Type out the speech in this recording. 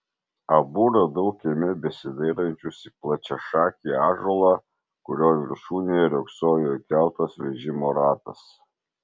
abu radau kieme besidairančius į plačiašakį ąžuolą kurio viršūnėje riogsojo įkeltas vežimo ratas